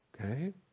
Okay